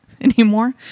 anymore